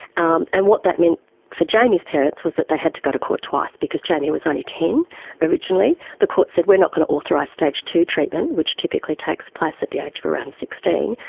um and what that meant for jamie's parents was that they had to go to court twice because jamie was only ten originally. the courts said we're not going to authorise stage two treatment, which typically takes place at the age of around sixteen,